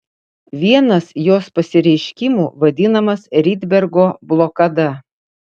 vienas jos pasireiškimų vadinamas rydbergo blokada